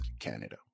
Canada